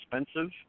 expensive